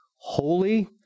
holy